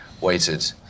waited